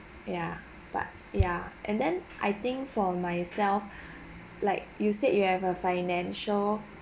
yeah but yeah and then I think for myself like you said you have a financial